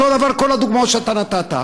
אותו דבר כל הדוגמאות שאתה נתת.